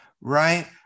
Right